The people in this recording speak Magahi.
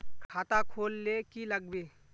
खाता खोल ले की लागबे?